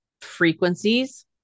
frequencies